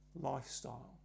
lifestyle